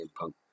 Punk